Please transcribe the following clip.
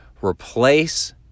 replace